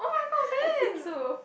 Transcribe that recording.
I think so